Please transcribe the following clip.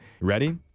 Ready